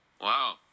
Wow